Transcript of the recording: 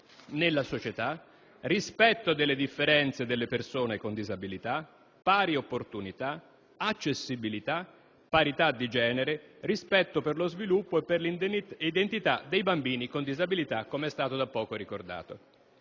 nella società, rispetto delle differenze delle persone con disabilità, pari opportunità, accessibilità, parità di genere e rispetto per lo sviluppo e per l'identità dei bambini con disabilità, com'è stato ricordato